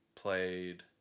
played